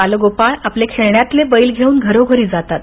बालगोपाळ आपले खेळण्यातले बैल घेऊन घरोघरी जातात